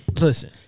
Listen